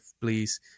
please